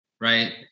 right